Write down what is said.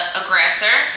aggressor